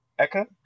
Eka